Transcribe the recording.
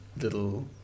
little